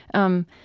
um,